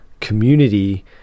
community